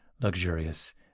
luxurious